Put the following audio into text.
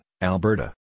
Alberta